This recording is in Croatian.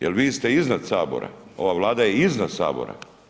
Jer vi ste iznad Sabora, ova Vlada je iznad Sabora.